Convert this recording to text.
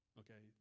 okay